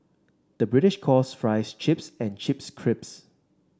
the British calls fries chips and chips